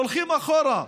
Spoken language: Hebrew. הולכים אחורה.